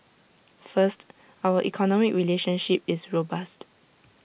first our economic relationship is robust